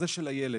זה של הילד.